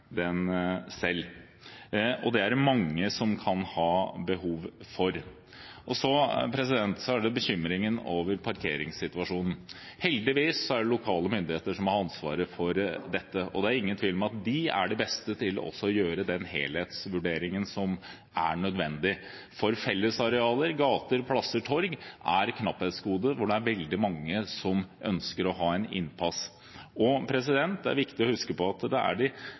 selv. Det er det mange som kan ha behov for. Så til bekymringen over parkeringssituasjonen: Heldigvis er det lokale myndigheter som har ansvaret for dette, og det er ingen tvil om at de er de beste til også å gjøre den helhetsvurderingen som er nødvendig. Fellesarealer – gater, plasser og torg – er et knapphetsgode hvor det er veldig mange som ønsker å få innpass. Det er viktig å huske at det veldig ofte er de